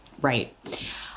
Right